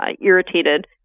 irritated